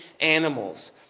animals